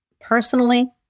Personally